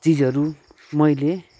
चिजहरू मैले